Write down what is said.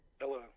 Hello